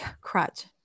Crutch